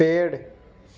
पेड़